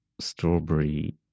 strawberry